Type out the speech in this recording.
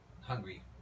hungry